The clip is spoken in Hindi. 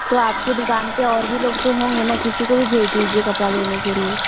तो आपकी दुकान पर और भी लोग तो होंगे न किसी को भेज दीजिये कपड़ा लेने के लिये